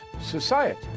society